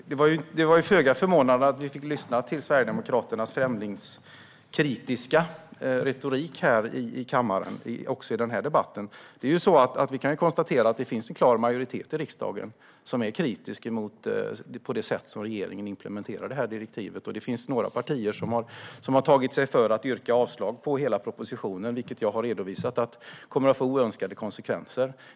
Herr talman! Det var ju föga förvånande att vi fick lyssna till Sverigedemokraternas främlingskritiska retorik här i kammaren också i den här debatten. Det finns en klar majoritet i riksdagen som är kritisk mot det sätt på vilket regeringen implementerar det här direktivet. Det finns några partier som har tagit sig för att yrka avslag på hela propositionen, vilket - som jag har redovisat - kommer att få oönskade konsekvenser.